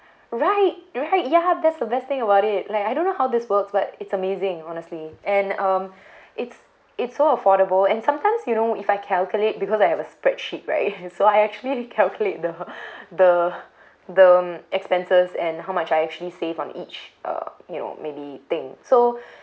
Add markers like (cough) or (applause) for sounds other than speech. right right ya that's the best thing about it like I don't know how this works but it's amazing honestly and um it's it's so affordable and sometimes you know if I calculate because I have a spreadsheet right (laughs) so I actually calculate the (laughs) the the expenses and how much I actually save on each uh you know maybe thing so